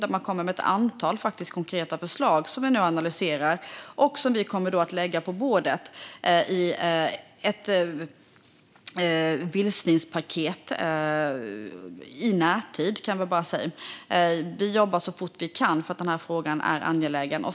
De kom med ett antal konkreta förslag som vi nu analyserar och som vi i närtid kommer att lägga på bordet i ett vildsvinspaket. Vi jobbar så fort vi kan. Frågan är angelägen.